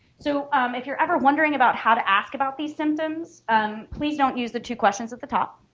so if you're ever wondering about how to ask about these symptoms um please don't use the two questions at the top.